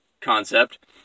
concept